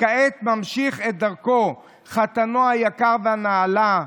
וכעת ממשיך את דרכו חתנו היקר והנעלה,